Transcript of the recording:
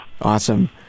Awesome